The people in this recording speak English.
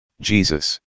Jesus